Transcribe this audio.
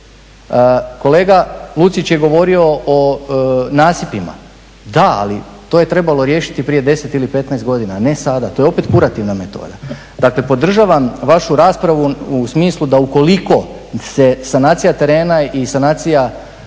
Kolega Lucić je govorio o nasipima. Da, ali to je trebalo riješiti prije 10 ili 15 godina, ne sada. To je opet kurativna metoda. Dakle, podržavam vašu raspravu u smislu da ukoliko se sanacija terena i sanacija objekata